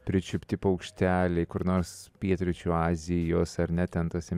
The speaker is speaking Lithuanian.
pričiupti paukšteliai kur nors pietryčių azijos ar ne ten tuose